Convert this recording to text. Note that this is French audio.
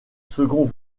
second